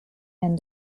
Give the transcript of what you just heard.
and